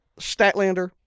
statlander